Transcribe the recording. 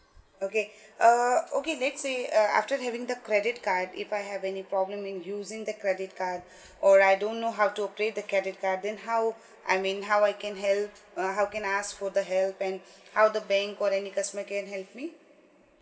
okay uh okay let's say uh after having the credit card if I have any problem in using the credit card or I don't know how to pay the credit card then how I mean how I can help uh how can I ask for the help and how the bank call I need us make can help me